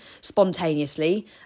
spontaneously